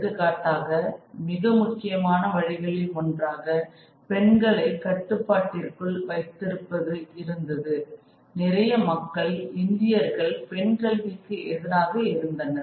எடுத்துக்காட்டாக மிக முக்கியமான வழிகளில் ஒன்றாக பெண்களை கட்டுப்பாட்டிற்குள் வைத்திருப்பது இருந்தது நிறைய மக்கள் இந்தியர்கள் பெண்கல்விக்கு எதிராக இருந்தனர்